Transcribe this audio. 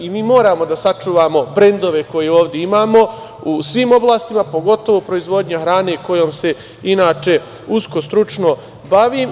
I mi moramo da sačuvamo brendove koje ovde imamo u svim oblastima, pogotovo proizvodnja hrane kojom se inače usko stručno bavim.